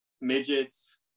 midgets